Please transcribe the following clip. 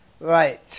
Right